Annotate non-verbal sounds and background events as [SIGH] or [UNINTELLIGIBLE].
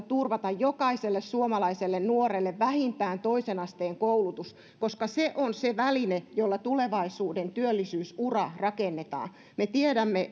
[UNINTELLIGIBLE] turvata jokaiselle suomalaiselle nuorelle vähintään toisen asteen koulutus koska se on se väline jolla tulevaisuuden työllisyysura rakennetaan me tiedämme [UNINTELLIGIBLE]